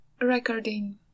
recording